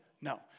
No